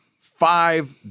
five